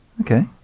Okay